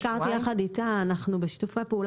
ביקרתי יחד איתה, אנחנו בשיתופי פעולה.